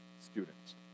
students